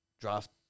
draft